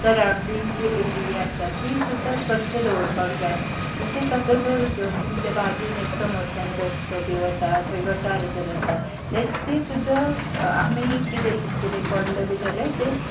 सरांवडींग जी एरिया आसा ती सुद्दां स्वच्छ दवरपाक जाय तशेंच आता जर तुमच्या बाजून एक समोरच्यान रस्तो बी वता थंय गटार जर आसा तें तें सुद्दां आमी कितें कितें पडले बी जल्यार ते